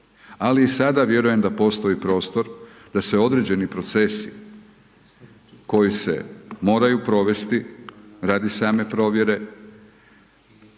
ali i sada vjerujem da postoji prostor da se određeni procesi koji se moraju provesti radi same provjere,